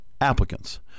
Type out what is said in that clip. applicants